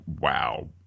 wow